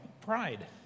Pride